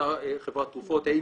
אותה חברת תרופות: היי,